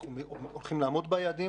אנחנו הולכים לעמוד ביעדים,